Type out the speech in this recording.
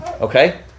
Okay